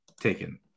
taken